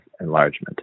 enlargement